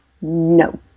no